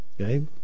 Okay